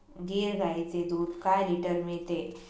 गीर गाईचे दूध काय लिटर मिळते?